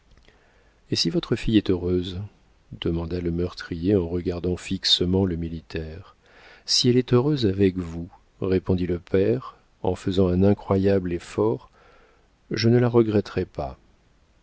et si votre fille est heureuse demanda le meurtrier en regardant fixement le militaire si elle est heureuse avec vous répondit le père en faisant un incroyable effort je ne la regretterai pas